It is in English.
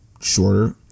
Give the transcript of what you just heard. shorter